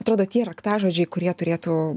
atrodo tie raktažodžiai kurie turėtų